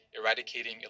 eradicating